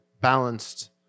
balanced